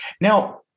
now